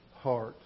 heart